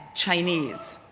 chinese.